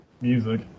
music